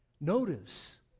Notice